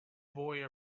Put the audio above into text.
boy